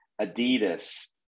Adidas